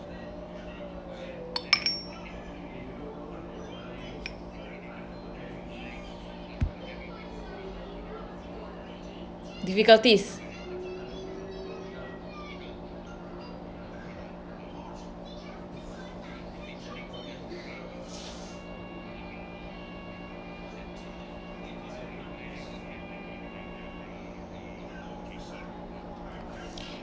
difficulties